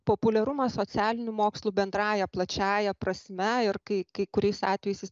populiarumą socialinių mokslų bendrąja plačiąja prasme ir kai kai kuriais atvejais jis